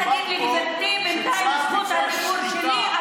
אל תגיד לי "גברתי", בינתיים זכות הדיבור שלי.